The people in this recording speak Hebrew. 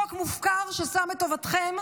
חוק מופקר ששם את טובתכם,